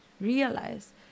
realize